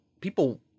people